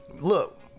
Look